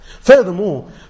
Furthermore